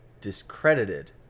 discredited